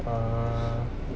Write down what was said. uh